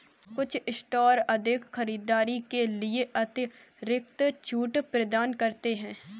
कुछ स्टोर अधिक खरीदारी के लिए अतिरिक्त छूट प्रदान करते हैं